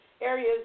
areas